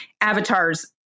avatars